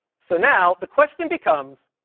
so now the question becomes,